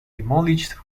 demolished